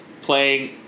playing